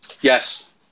Yes